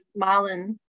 Marlon